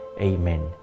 Amen